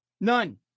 None